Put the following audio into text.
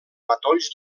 matolls